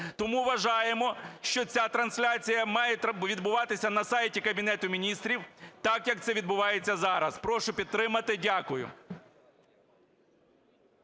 Тому вважаємо, що ця трансляція має відбуватися на сайті Кабінету Міністрів, так, як це відбувається зараз. Прошу підтримати. Дякую.